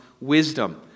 wisdom